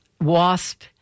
wasp